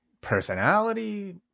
personality